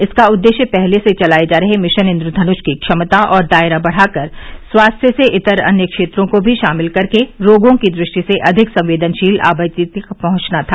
इसका उद्देश्य पहले से चलाए जा रहे मिशन इन्द्रधन्ष की क्षमता और दायरा बढ़ाकर स्वास्थ्य से इतर अन्य क्षेत्रों को भी शामिल करके रोगों की दृष्टि से अधिक संवेदनशील आबादी तक पहुंचना था